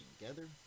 together